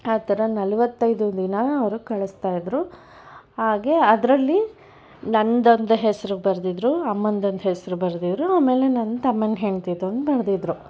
ಆ ಥರ ನಲವತ್ತೈದು ದಿನ ಅವರು ಕಳಿಸ್ತಾಯಿದ್ರು ಹಾಗೆ ಅದರಲ್ಲಿ ನಂದೊಂದು ಹೆಸರು ಬರೆದಿದ್ರು ಅಮ್ಮನದೊಂದು ಹೆಸರು ಬರೆದಿದ್ರು ಅಮೇಲೆ ನನ್ನ ತಮ್ಮನದ್ದು ಹೆಂಡ್ತಿದು ಒಂದು ಬರೆದಿದ್ರು